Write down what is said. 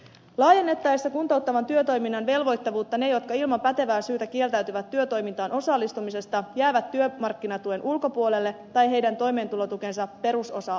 laajennettaessa kuntouttavan työtoiminnan velvoittavuutta ne jotka ilman pätevää syytä kieltäytyvät työtoimintaan osallistumisesta jäävät työmarkkinatuen ulkopuolelle tai heidän toimeentulotukensa perusosaa alennetaan